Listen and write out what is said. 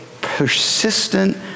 persistent